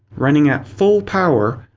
running at full power,